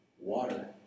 Water